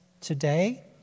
today